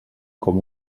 com